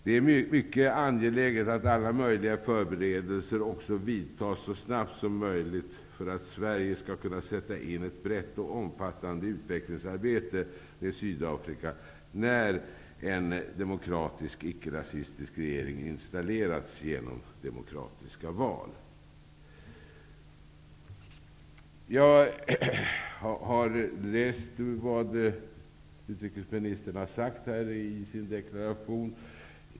Det är mycket angeläget att alla möjliga förberedelser också vidtas så snart som möjligt för att Sverige skall kunna sätta in ett brett och omfattande utvecklingsarbete med Sydafrika, när en demokratisk icke-rasistisk regering installerats genom demokratiska val. Jag har läst vad utrikesministern har sagt i sin deklaration.